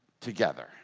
together